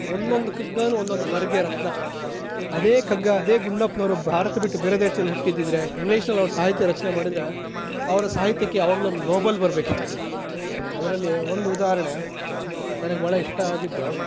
ಒಂದೊಂದು ಕಗ್ಗನು ಒಂದೊಂದು ಅನರ್ಘ್ಯ ರತ್ನ ಅದೇ ಕಗ್ಗ ಅದೇ ಗುಂಡಪ್ಪನವರು ಭಾರತ ಬಿಟ್ಟು ಬೇರೆ ದೇಶದಲ್ಲಿ ಹುಟ್ಟಿದ್ದಿದ್ರೆ ಇಂಗ್ಲಿಷ್ನಲ್ಲಿ ಅವರು ಸಾಹಿತ್ಯ ರಚನೆ ಮಾಡಿದ್ದರೆ ಅವರ ಸಾಹಿತ್ಯಕ್ಕೆ ಯಾವಾಗಲೋ ನೋಬಲ್ ಬರಬೇಕಿತ್ತು ಅದರಲ್ಲಿ ಒಂದು ಉದಾಹರಣೆ ನನಗೆ ಬಹಳ ಇಷ್ಟ ಆಗಿದ್ದು